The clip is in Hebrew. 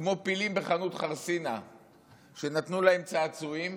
כמו פילים בחנות חרסינה שנתנו להם צעצועים